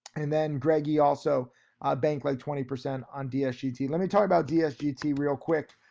and then greggy, also banked like twenty percent on dsgt, lemme talk about dsgt real quick.